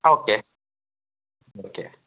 okay okay